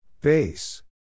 Base